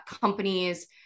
companies